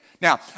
Now